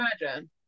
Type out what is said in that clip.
imagine